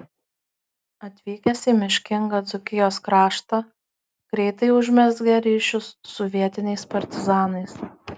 atvykęs į miškingą dzūkijos kraštą greitai užmezgė ryšius su vietiniais partizanais